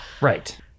Right